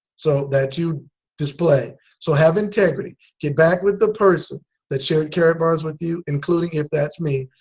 so that you display so have integrity. get back with the person that shared karatbars with you. including if that's me.